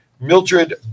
Mildred